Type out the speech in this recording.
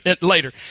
later